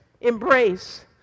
embrace